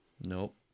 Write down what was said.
Nope